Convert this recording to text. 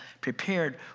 prepared